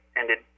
ended